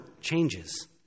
changes